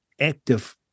active